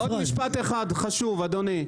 עוד משפט אחד חשוב אדוני.